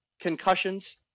concussions